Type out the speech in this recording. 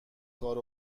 کار